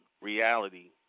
reality